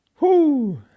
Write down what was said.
whoo